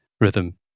rhythm